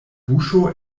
buŝo